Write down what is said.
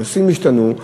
הנושאים השתנו,